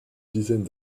dizaine